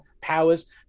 powers